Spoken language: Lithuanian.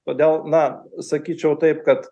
todėl na sakyčiau taip kad